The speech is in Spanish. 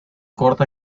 corta